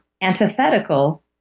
antithetical